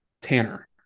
Tanner